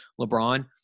LeBron